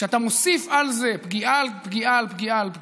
כשאתה מוסיף על זה פגיעה על פגיעה על פגיעה,